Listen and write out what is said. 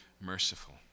merciful